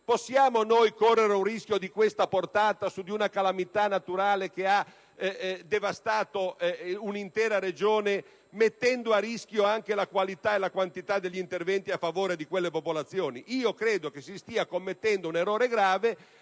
Possiamo correre un rischio di tale portata su una calamità naturale che ha devastato un'intera Regione, mettendo a rischio la qualità e la quantità degli interventi a favore di quelle popolazioni? Credo che si stia commettendo un errore grave,